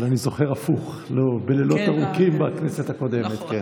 אבל אני זוכר הפוך, לילות ארוכים מהכנסת הקודמת.